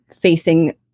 facing